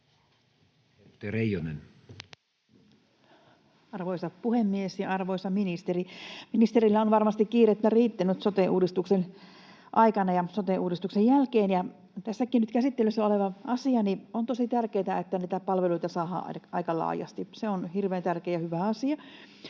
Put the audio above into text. Arvoisa puhemies ja arvoisa ministeri! Ministerillä on varmasti kiirettä riittänyt sote-uudistuksen aikana ja sote-uudistuksen jälkeen, ja tässäkin nyt käsittelyssä olevassa asiassa on tosi tärkeätä, että niitä palveluita saadaan aika laajasti. Se on hirveän tärkeä ja hyvä asia.